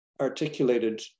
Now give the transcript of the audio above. articulated